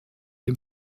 dem